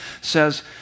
says